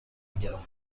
میگم